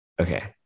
Okay